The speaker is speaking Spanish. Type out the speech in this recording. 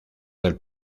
del